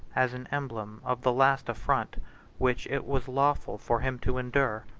as an emblem of the last affront which it was lawful for him to endure.